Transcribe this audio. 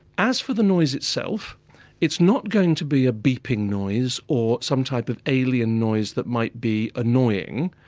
as for the noise itself it's not going to be a beeping noise or some type of alien noise that might be annoying.